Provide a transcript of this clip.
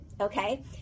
okay